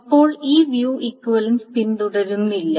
അപ്പോൾ ഇത് view equivalence പിന്തുടരുന്നില്ല